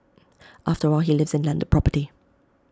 after all he lives in landed property